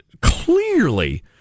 clearly